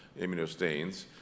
immunostains